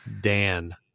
Dan